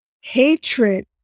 hatred